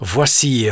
Voici